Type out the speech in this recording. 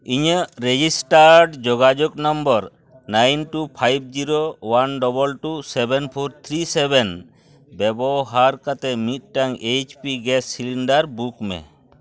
ᱤᱧᱟᱹᱜ ᱨᱮᱡᱤᱥᱴᱟᱨ ᱡᱳᱜᱟᱡᱳᱜᱽ number nine two five zero one double two seven four three seven ᱵᱮᱵᱚᱦᱟᱨ ᱠᱟᱛᱮᱫ ᱢᱤᱫᱴᱟᱝ ᱮᱭᱤᱪ ᱯᱤ ᱜᱮᱥ ᱥᱤᱞᱤᱱᱰᱟᱨ ᱵᱩᱠᱢᱮ